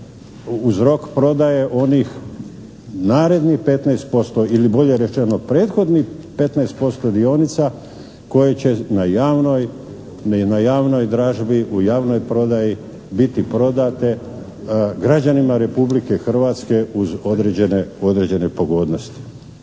uz rok prodaje onih narednih 15% ili bolje rečeno prethodnih 15% dionica koje će na javnoj dražbi, u javnoj prodaji biti prodate građanima Republike Hrvatske uz određene pogodnosti.